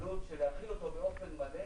כדי להחיל אותו באופן מלא,